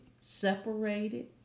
separated